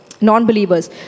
non-believers